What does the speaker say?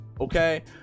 okay